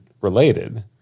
related